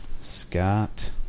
Scott